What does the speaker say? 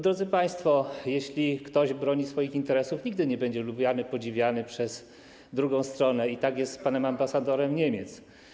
Drodzy państwo, jeśli ktoś broni swoich interesów, nigdy nie będzie lubiany, podziwiany przez drugą stronę i tak jest z panem ambasadorem Niemiec.